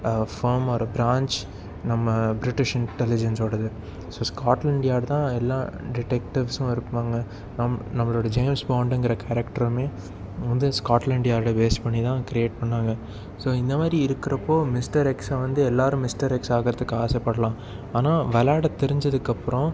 former French நம்ம British இன்டெலிஜெண்ட்ஸோடது so Scotland Yard தான் எல்லாம் டிடெக்டிவ்ஸும் இருப்பாங்க நம் நம்மளோட ஜேம்ஸ் பாண்டுங்கிற கேரக்டருமே வந்து ஸ்காட்லாண்ட் யார்டை பேஸ் பண்ணி தான் கிரியேட் பண்ணாங்க ஸோ இந்தமாதிரி இருக்கிறப்போ மிஸ்டர் எக்ஸை வந்து எல்லாரும் மிஸ்டர் எக்ஸ் ஆகுறதுக்கு ஆசப்படலாம் ஆனால் வெளாட தெரிஞ்சதுக்கு அப்புறம்